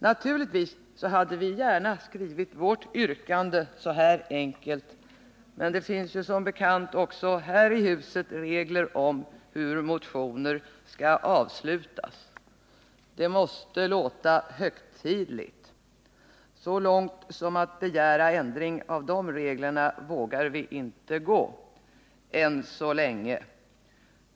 Naturligtvis hade vi gärna skrivit vårt yrkande så här enkelt, men det finns ju som bekant också här i huset regler om hur motioner skall avslutas. Det måste låta högtidligt. Så långt som att begära ändring av de reglerna vågar vi inte gå — än så länge.